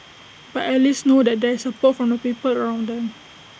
but at least know that there is support from the people around them